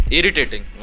Irritating